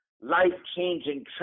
life-changing